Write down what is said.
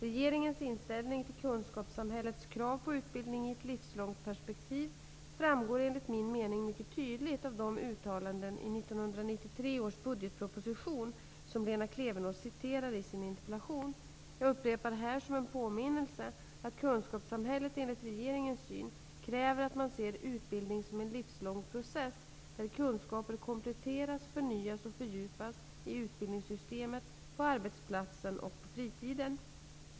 Regeringens inställning till kunskapssamhällets krav på utbildning i ett livslångt perspektiv framgår enligt min mening mycket tydligt av de uttalanden i 1993 års budgetproposition som Lena Klevenås citerar i sin interpellation. Jag upprepar här, som en påminnelse, att kunskapssamhället enligt regeringens syn kräver att man ser ''utbildning som en livslång process, där kunskaper kompletteras, förnyas och fördjupas, i utbildningssystemet, på arbetsplatsen och på fritiden''.